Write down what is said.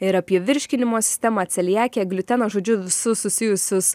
ir apie virškinimo sistemą celiakiją gliuteno žodžiu visus susijusius